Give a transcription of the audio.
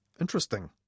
interesting